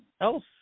else